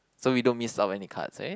so we don't miss out any cards eh